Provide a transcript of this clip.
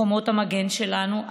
חומות המגן שלנו,